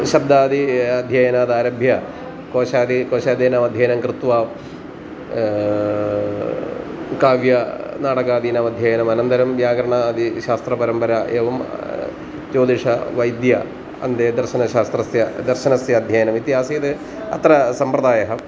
शब्दादि अध्ययनादारभ्य कोशादि कोशादीनाम् अध्ययनं कृत्वा काव्यनाटकादीनाध्ययनम् अनन्तरं व्याकरणादिशास्त्रपरम्परा एवं ज्योतिष्यं वैद्यं अन्ते दर्शनशास्त्रस्य दर्शनस्य अध्ययनम् इति आसीत् अत्र सम्प्रदायः